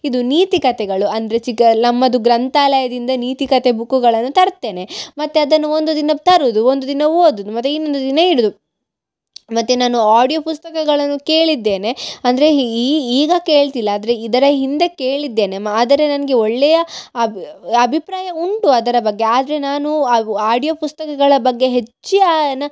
ಇದು ನೀತಿಕತೆಗಳು ಅಂದರೆ ಚಿಕಾ ನಮ್ಮದು ಗ್ರಂಥಾಲಯದಿಂದ ನೀತಿಕತೆ ಬುಕ್ಕುಗಳನ್ನು ತರ್ತೇನೆ ಮತ್ತು ಅದನ್ನು ಒಂದು ದಿನ ತರುವುದು ಒಂದು ದಿನ ಓದುದು ಮತ್ತು ಇನ್ನೊಂದು ದಿನ ಇಡುವುದು ಮತ್ತು ನಾನು ಆಡ್ಯೊ ಪುಸ್ತಕಗಳನ್ನು ಕೇಳಿದ್ದೇನೆ ಅಂದರೆ ಈಗ ಕೇಳ್ತಿಲ್ಲ ಆದರೆ ಇದರ ಹಿಂದೆ ಕೇಳಿದ್ದೇನೆ ಮ ಆದರೆ ನನಗೆ ಒಳ್ಳೆಯ ಅಬ್ ಅಭಿಪ್ರಾಯ ಉಂಟು ಅದರ ಬಗ್ಗೆ ಆದರೆ ನಾನು ಆವ್ ಆಡ್ಯೊ ಪುಸ್ತಕಗಳ ಬಗ್ಗೆ ಹೆಚ್ಚು ಯಾನ್